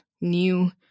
new